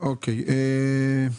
על ה-150